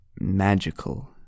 magical